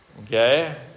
okay